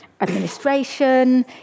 administration